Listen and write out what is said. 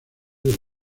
del